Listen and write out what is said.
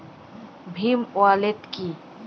Bhim wallet কি?